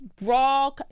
raw